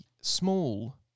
small